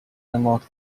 unlock